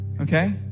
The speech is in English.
Okay